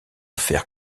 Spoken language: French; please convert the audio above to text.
fer